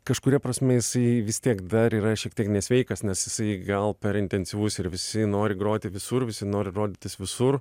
kažkuria prasme jisai vis tiek dar yra šiek tiek nesveikas nes jisai gal per intensyvus ir visi nori groti visur visi nori rodytis visur